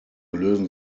lösen